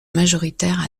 majoritaire